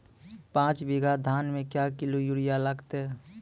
पाँच बीघा धान मे क्या किलो यूरिया लागते?